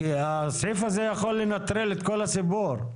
הסעיף הזה יכול לנטרל את כל הסיור.